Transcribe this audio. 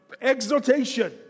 exhortation